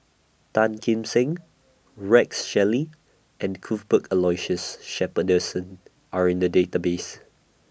Tan Kim Seng Rex Shelley and Cuthbert Aloysius Shepherdson Are in The Database